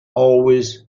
always